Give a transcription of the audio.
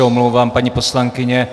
Omlouvám se, paní poslankyně.